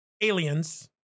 Aliens